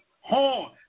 horn